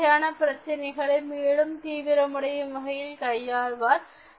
அவ்வகையான பிரச்சினைகளை மேலும் தீவிரமடையும் வகையில் கையாள்வார்